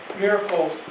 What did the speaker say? miracles